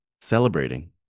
celebrating